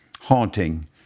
haunting